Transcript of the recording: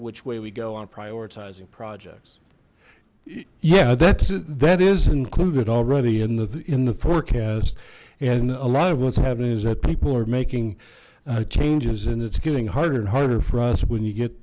which way we go on prioritizing projects yeah that that is included already in the in the forecast and a lot of what's happening is that people are making changes and it's getting harder and harder for us when you get